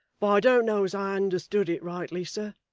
but i don't know as i understood it rightly sir,